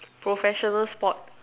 professional sport